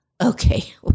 okay